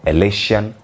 Elation